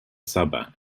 sabah